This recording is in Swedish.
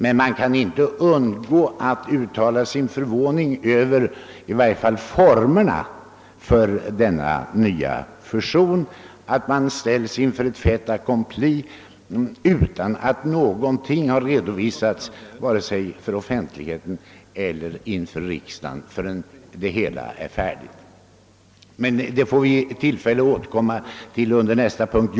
Man kan emellertid inte underlåta att uttala sin förvåning över i varje fall formerna för denna nya fusion. Man har ställts inför ett fait accompli utan att något har redovisats vare sig inför offentligheten eller inför riksdagen förrän det hela är färdigt. Detta får vi dock tillfälle att återkomma till under nästa punkt.